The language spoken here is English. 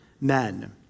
men